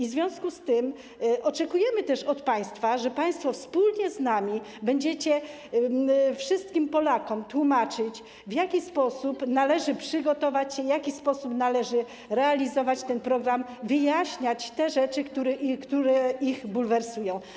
W związku z tym oczekujemy od państwa, że państwo z nami będziecie wszystkim Polakom tłumaczyć, w jaki sposób należy przygotować się, w jaki sposób należy realizować ten program, będziecie wyjaśniać te rzeczy, które ich bulwersują.